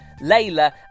Layla